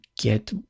get